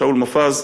שאול מופז,